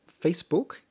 Facebook